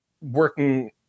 working